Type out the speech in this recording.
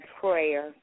prayer